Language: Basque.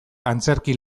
antzerki